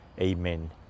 Amen